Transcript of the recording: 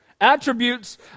Attributes